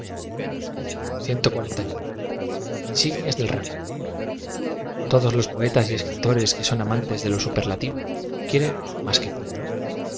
tp tc del rango todos los poetas y escritores que son amantes de lo superlativo quieren más que pueden